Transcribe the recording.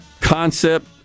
concept